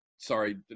Sorry